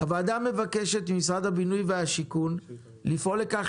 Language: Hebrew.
הוועדה מבקשת ממשרד הבינוי והשיכון לפעול לכך